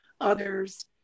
others